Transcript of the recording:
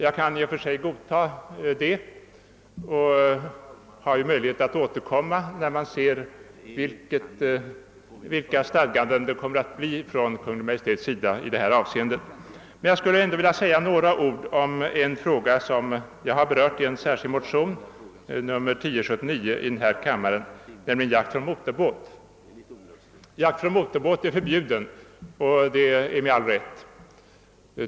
Jag kan i och för sig godta detta resonemang — jag har ju möjlighet att återkomma när jag får se vad Kungl. Maj:t kommer att stadga i detta avseende — men jag skulle ändå vilja säga några ord om en fråga som jag har berört i en särskild motion, nr 1079 i denna kammare, nämligen jakt från motorbåt. Sådan är förbjuden och det med all rätt.